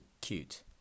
cute